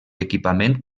equipament